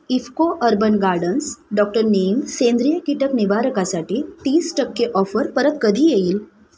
IFFCO urban gardens doctor Neem सेंद्रिय कीटक निवारकासाठी तीस टक्के ऑफर परत कधी येईल